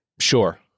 Sure